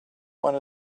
one